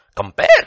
Compare